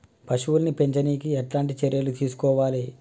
పశువుల్ని పెంచనీకి ఎట్లాంటి చర్యలు తీసుకోవాలే?